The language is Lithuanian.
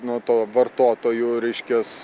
nuo to vartotojų reiškias